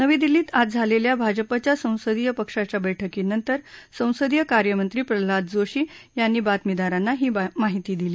नवी दिल्लीत आज झालेल्या भाजपाच्या संसदीय पक्षाच्या बरुकीनंतर संसदीय कार्य मंत्री प्रल्हाद जोशी यांनी बातमीदारांना ही माहिती दिली